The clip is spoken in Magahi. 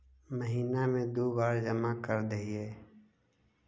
महिना मे दु बार जमा करदेहिय?